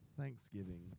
Thanksgiving